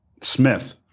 Smith